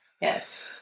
Yes